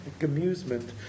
amusement